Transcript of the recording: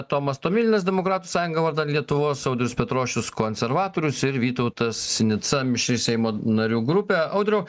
tomas tomilinas demokratų sąjunga vardan lietuvos audrius petrošius konservatorius ir vytautas sinica mišri seimo narių grupė audriau